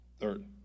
Third